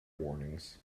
warnings